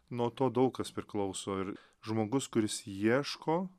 nuo to daug kas priklauso ir žmogus kuris ieško